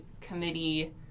committee